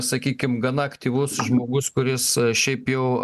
sakykim gana aktyvus žmogus kuris šiaip jau